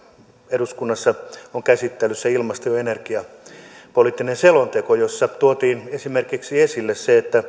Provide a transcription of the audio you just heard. eduskunnassa on käsittelyssä ilmasto ja energiapoliittinen selonteko jossa tuotiin esimerkiksi esille se että